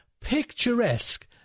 picturesque